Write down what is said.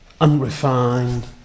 unrefined